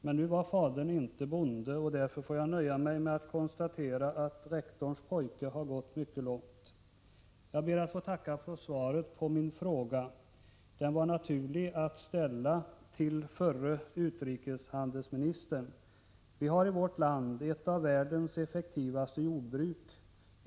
Men nu var fadern inte bonde, och därför får jag nöja mig med att konstatera att rektorns pojke har gått mycket långt. Jag ber att få tacka för svaret på min fråga. Den var naturlig att ställa till förre utrikeshandelsministern. Vi har i vårt land ett av världens effektivaste jordbruk.